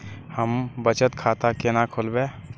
हम बचत खाता केना खोलैब?